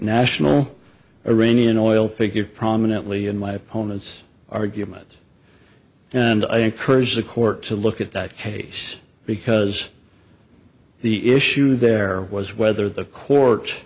national iranian oil figure prominently in my opponent's argument and i encourage the court to look at that case because the issue there was whether the court